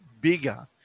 bigger